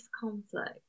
conflict